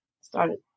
started